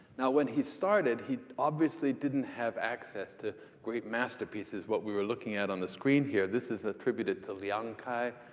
now, when he started he, obviously, didn't have access to great masterpieces. what we're looking at on the screen here, this is attributed to liang kai,